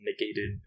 negated